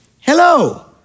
Hello